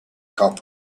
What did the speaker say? cup